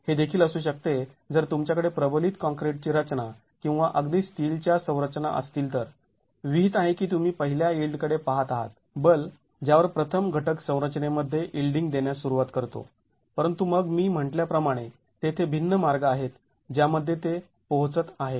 हे देखील असू शकते जर तुमच्याकडे प्रबलित काँक्रीटची रचना किंवा अगदी स्टीलच्या संरचना असतील तर विहित आहे की तुम्ही पहिल्या यिल्डकडे पहात आहात बल ज्यावर प्रथम घटक संरचनेमध्ये यिल्डींग देण्यास सुरुवात करतो परंतु मग मी म्हंटल्या प्रमाणे तेथे भिन्न मार्ग आहेत ज्यामध्ये ते पोहोचत आहेत